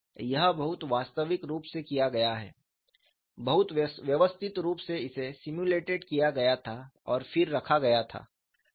यह बहुत वास्तविक रूप से किया गया है बहुत व्यवस्थित रूप से इसे सिम्युलेटेड किया गया था और फिर रखा गया था